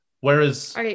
Whereas